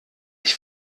ich